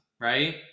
right